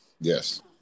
yes